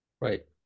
right